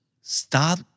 Stop